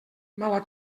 mala